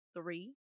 three